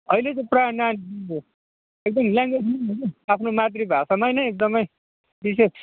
अहिले चाहिँ प्रायः नानीहरू एकदम ल्याङ्ग्वेजमा आफ्नो मातृभाषामा नै एकदमै विशेष